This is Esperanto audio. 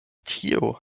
tio